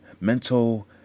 mental